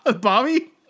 Bobby